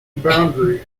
boundary